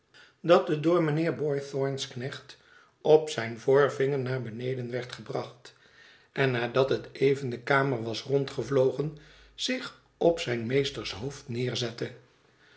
dat het door mijnheer boythorn's knecht op zijn voorvinger naar beneden werd gebracht en nadat het even de kamer was rondgevlogen zich op zijn meesters hoofd neerzette